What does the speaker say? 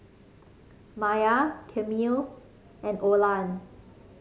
Myah Camille and Olan